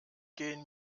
gehen